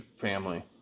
family